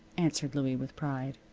answered louie, with pride.